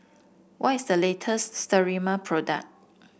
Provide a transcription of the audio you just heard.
what is the latest Sterimar product